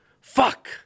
Fuck